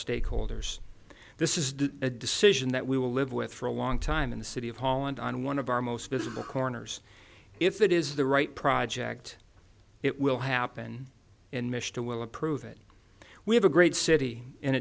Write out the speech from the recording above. stakeholders this is a decision that we will live with for a long time in the city of holland on one of our most visible corners if it is the right project it will happen in mr will approve it we have a great city and